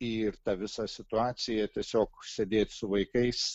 ir ta visa situacija tiesiog sėdėt su vaikais